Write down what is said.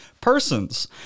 persons